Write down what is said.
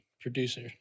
Producer